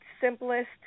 simplest